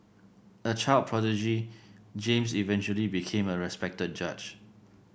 a child prodigy James eventually became a respected judge